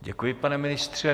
Děkuji, pane ministře.